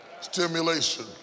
stimulation